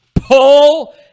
pull